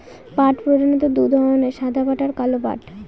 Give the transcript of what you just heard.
পাট প্রধানত দু ধরনের সাদা পাট আর কালো পাট